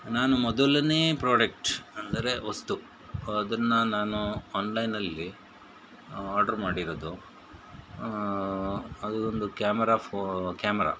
ನಾನು ಮೊದಲನೇ ಪ್ರಾಡೆಕ್ಟ್ ಅಂದರೆ ವಸ್ತು ಅದನ್ನು ನಾನು ಆನ್ಲೈನಲ್ಲಿ ಆರ್ಡ್ರು ಮಾಡಿರೋದು ಅದೊಂದು ಕ್ಯಾಮೆರಾ ಫೋ ಕ್ಯಾಮ್ರಾ